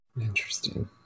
Interesting